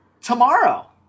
tomorrow